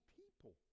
people